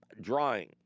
drying